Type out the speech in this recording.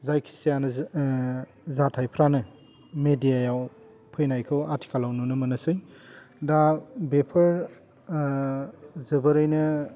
जायखिजायानो जाथाइफ्रानो मेदियायाव फैनायखौ आथिखालाव नुनो मोनोसै दा बेफोर जोबोरैनो